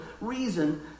reason